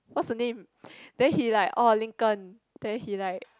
what's the name then he like orh Lincoln then he like